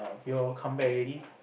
y'all come back already